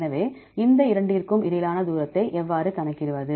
எனவே இந்த இரண்டிற்கும் இடையிலான தூரத்தை எவ்வாறு கணக்கிடுவது